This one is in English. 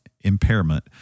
impairment